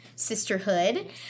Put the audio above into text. sisterhood